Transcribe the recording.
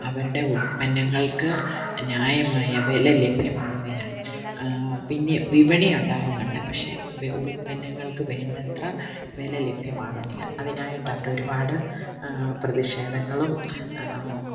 അവരുടെ ഉൽപന്നങ്ങള്ക്ക് ന്യായമായ വില ലഭ്യമാവുന്നില്ല പിന്നെ വിപണി ഉണ്ടാവുന്നുണ്ട് പക്ഷേ വെ ഉൽപന്നങ്ങള്ക്ക് വേണ്ടത്ര വില ലഭ്യമാകുന്നില്ല അതിനായിട്ട് അവർ ഒരുപാട് പ്രതിഷേധങ്ങളും